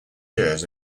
years